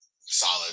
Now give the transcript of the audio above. Solid